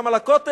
גם על הכותל.